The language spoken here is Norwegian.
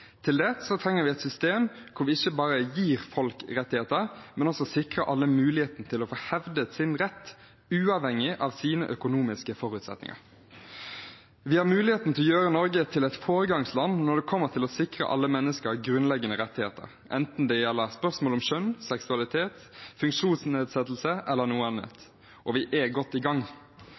Til det trenger vi et system hvor vi ikke bare gir folk rettigheter, men også sikrer alle muligheten til å få hevdet sin rett, uavhengig av sine økonomiske forutsetninger. Vi har muligheten til å gjøre Norge til et foregangsland når det kommer til å sikre alle mennesker grunnleggende rettigheter, enten det gjelder spørsmål om kjønn, seksualitet, funksjonsnedsettelse eller noe annet. Og vi er godt i gang.